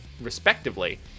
respectively